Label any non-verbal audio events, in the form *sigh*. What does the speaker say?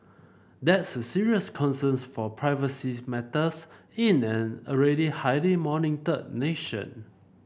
that's a serious concerns for privacy *unintelligible* matters in an already highly monitored nation